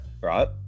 Right